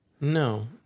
No